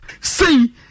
See